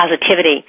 Positivity